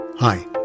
Hi